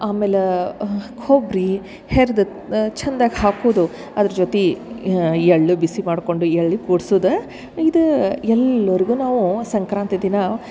ಆಮೇಲೆ ಕೊಬ್ಬರಿ ಹೆರ್ದದ ಚಂದಕ್ಕ ಹಾಕುದು ಅದ್ರ ಜೊತೆ ಎಳ್ಳು ಬಿಸಿ ಮಾಡ್ಕೊಂಡು ಎಳ್ಳಿ ಕೂಡ್ಸುದು ಇದು ಎಲ್ಲರಿಗು ನಾವು ಸಂಕ್ರಾಂತಿ ದಿನ